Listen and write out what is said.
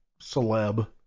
celeb